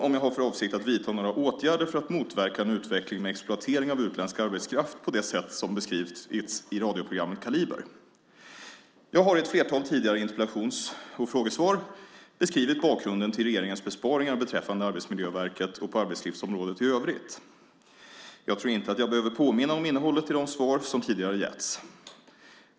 Om jag har för avsikt att vidta några åtgärder för att motverka en utveckling med exploatering av utländsk arbetskraft på det sätt som beskrivits i radioprogrammet Kaliber. Jag har i ett flertal tidigare interpellations och frågesvar beskrivit bakgrunden till regeringens besparingar beträffande Arbetsmiljöverket och på arbetslivsområdet i övrigt. Jag tror inte jag behöver påminna om innehållet i de svar som tidigare getts.